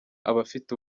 abafite